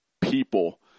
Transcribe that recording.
people